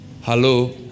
Hello